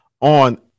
on